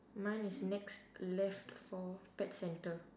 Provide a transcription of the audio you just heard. mine is next left for pet centre